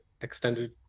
extended